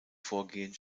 vorgehen